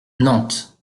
nantes